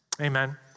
amen